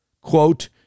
quote